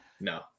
No